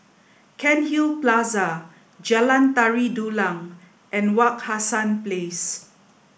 Cairnhill Plaza Jalan Tari Dulang and Wak Hassan Place